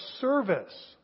service